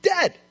dead